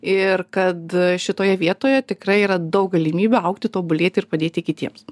ir kad šitoje vietoje tikrai yra daug galimybių augti tobulėti ir padėti kitiems